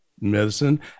Medicine